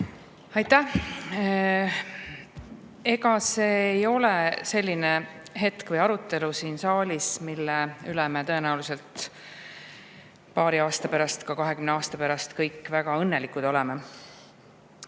Aitäh! See ei ole selline hetk või arutelu siin saalis, mille üle me kõik paari aasta pärast, ka 20 aasta pärast väga õnnelikud oleme.